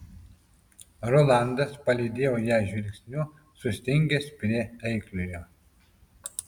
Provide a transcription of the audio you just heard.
rolandas palydėjo ją žvilgsniu sustingęs prie eikliojo